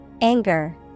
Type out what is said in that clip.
Anger